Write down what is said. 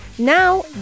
Now